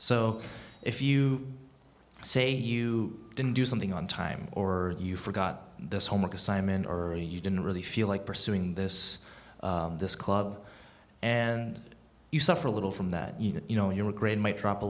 so if you say you didn't do something on time or you forgot this homework assignment or you didn't really feel like pursuing this this club and you suffer a little from that you know you're a grain might drop a